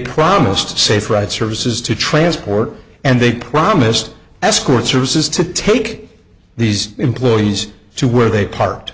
promised safe right services to transport and they promised escort services to take these employees to where they parked